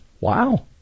Wow